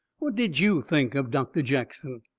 what did you think of doctor jackson?